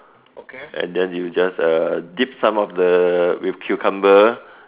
and then you just uh dip some of the with cucumber